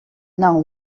now